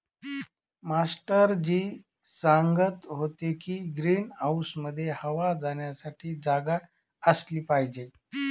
master ji सांगत होते की ग्रीन हाऊसमध्ये हवा जाण्यासाठी जागा असली पाहिजे